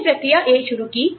मैंने प्रक्रिया A शुरू की